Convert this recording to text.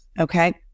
okay